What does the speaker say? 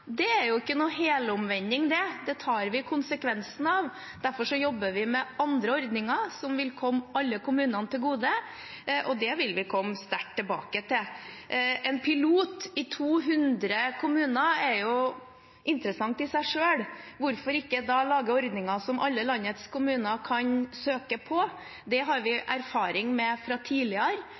Det er ikke noen helomvending. Det tar vi konsekvensen av, og derfor jobber vi med andre ordninger som vil komme alle kommunene til gode, og det vil vi komme sterkt tilbake til. En pilot i 200 kommuner er jo interessant i seg selv. Hvorfor ikke lage ordninger som alle landets kommuner kan søke på? Det har vi erfaring med fra tidligere,